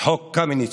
חוק קמיניץ.